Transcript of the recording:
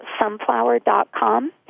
sunflower.com